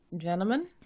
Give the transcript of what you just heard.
gentlemen